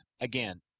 again